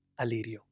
Alirio